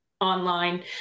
online